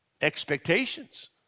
Expectations